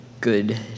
good